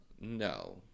No